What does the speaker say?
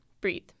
breathe